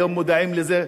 היום מודעים לזה.